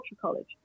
College